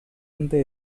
antes